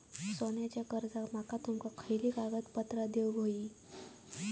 सोन्याच्या कर्जाक माका तुमका खयली कागदपत्रा देऊक व्हयी?